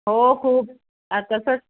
हो खूप आता तर